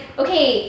okay